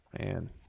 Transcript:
Man